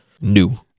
new